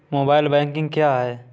Mobile banking क्या है?